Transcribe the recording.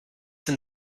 denn